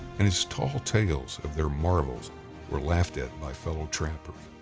and his tall tales of their marvels were laughed at by fellow trappers.